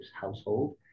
household